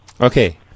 Okay